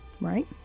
right